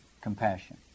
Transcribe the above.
compassion